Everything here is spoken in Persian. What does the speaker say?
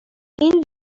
این